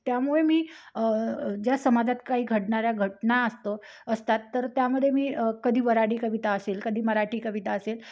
त्यामुळे मी ज्या समाजात काही घडणाऱ्या घटना असतो असतात तर त्यामध्ये मी कधी वऱ्हाडी कविता असेल कधी मराठी कविता असेल